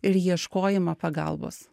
ir ieškojimą pagalbos